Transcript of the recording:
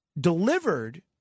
delivered